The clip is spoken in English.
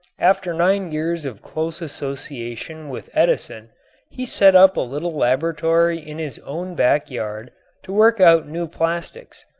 after nine years of close association with edison he set up a little laboratory in his own back yard to work out new plastics.